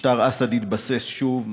משטר אסד התבסס שוב,